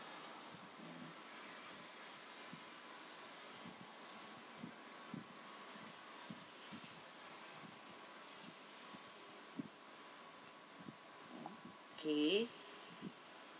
okay